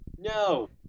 No